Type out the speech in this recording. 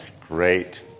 Great